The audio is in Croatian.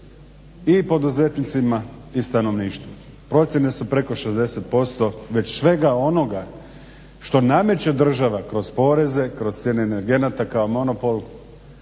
i poduzetnicima i stanovništvu. Procjene su preko 60% već svega onoga što nameće država kroz poreze, kroz cijene energenata kao monopol